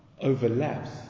overlaps